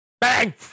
Bang